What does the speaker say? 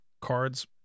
cards